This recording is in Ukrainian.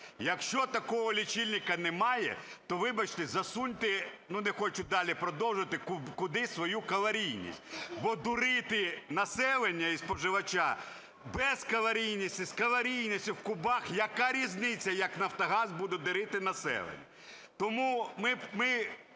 Якщо такого лічильника немає, то, вибачте, засуньте... ну, не хочу далі продовжувати, куди свою калорійність. Бо дурити населення і споживача: без калорійності, з калорійністю в кубах, – яка різниця, як Нафтогаз буде дурити населення? Проблема